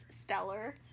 stellar